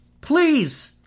Please